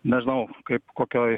nežinau kaip kokioj